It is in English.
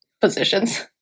positions